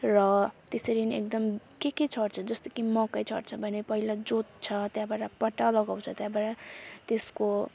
र त्यसरी नै एकदम के के छर्छ जस्तो कि मकै छर्छ भने पहिला जोत्छ त्यहाँबाट पट्टा लगाउँछ त्यहाँबाट त्यसको